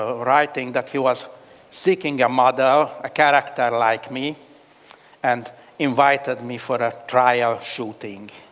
writing that he was seeking a model, a character like me and invited me for a trial shooting.